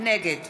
נגד